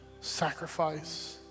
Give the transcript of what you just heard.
sacrifice